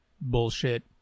bullshit